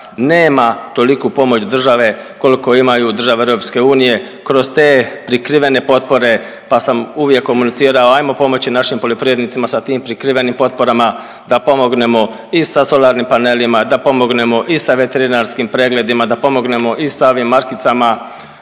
nema toliku pomoć države koliko imaju države EU kroz te prikrivene potpore, pa sam uvijek komunicirao ajmo pomoći našim poljoprivrednicima sa tim prikrivenim potporama da pomognemo i sa solarnim panelima, da pomognemo i sa veterinarskim pregledima, da pomognemo i sa ovim markicama